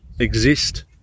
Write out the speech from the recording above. Exist